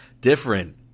different